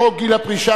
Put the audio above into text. כספים.